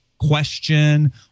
question